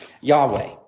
Yahweh